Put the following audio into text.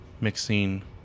mixing